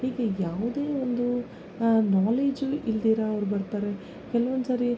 ಹೀಗೆ ಯಾವುದೇ ಒಂದು ನಾಲೇಜು ಇಲ್ದಿರೋವ್ರು ಬರ್ತಾರೆ ಕೆಲವೊಂದ್ಸರಿ